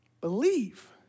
believe